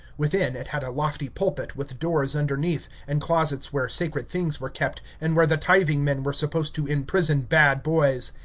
within it had a lofty pulpit, with doors underneath and closets where sacred things were kept, and where the tithing-men were supposed to imprison bad boys.